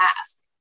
ask